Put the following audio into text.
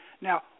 now